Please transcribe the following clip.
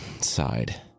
sighed